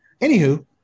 anywho